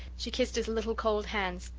she kissed his little cold hands.